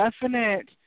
definite